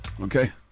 Okay